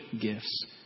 gifts